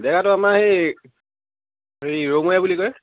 জেগাটো আমাৰ সেই হেৰি ৰৌমৰীয়া বুলি কয়